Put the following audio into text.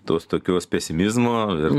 tos tokios pesimizmo ir